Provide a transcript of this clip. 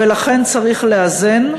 ולכן צריך לאזן,